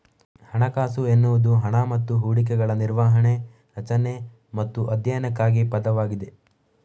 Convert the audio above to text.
ಹಣಕಾಸು ಎನ್ನುವುದು ಹಣ ಮತ್ತು ಹೂಡಿಕೆಗಳ ನಿರ್ವಹಣೆ, ರಚನೆ ಮತ್ತು ಅಧ್ಯಯನಕ್ಕಾಗಿ ಪದವಾಗಿದೆ